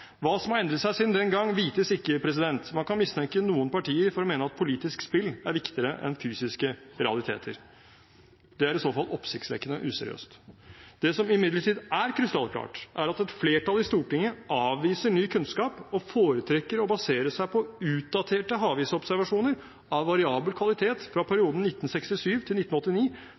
Hva som har endret seg siden den gang, vites ikke. Man kan mistenke noen partier for å mene at politisk spill er viktigere enn fysiske realiteter. Det er i så fall oppsiktsvekkende og useriøst. Det som imidlertid er krystallklart, er at et flertall i Stortinget avviser ny kunnskap og foretrekker å basere seg på utdaterte havisobservasjoner av variabel kvalitet fra